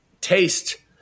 taste